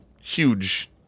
huge